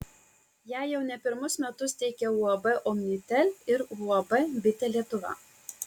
ją jau ne pirmus metus teikia uab omnitel ir uab bitė lietuva